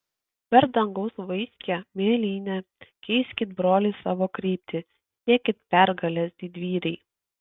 per dangaus vaiskią mėlynę keiskit broliai savo kryptį siekit pergalės didvyriai